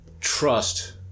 trust